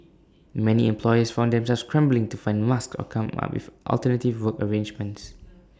many employers found themselves scrambling to find masks or come up with alternative work arrangements